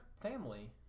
family